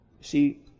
See